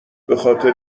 بخاطر